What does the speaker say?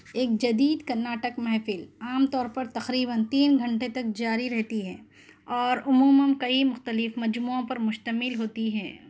ایک جدید کرناٹک محفل عام طور پر تقریباً تین گھنٹے تک جاری رہتی ہے اور عموماً کئی مختلف مجموعوں پر مشتمل ہوتی ہے